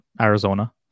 Arizona